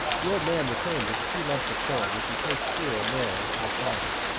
the old man returned with a few lumps of coal which he placed here and there on the fire.